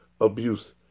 abuse